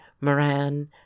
moran